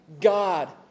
God